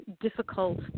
difficult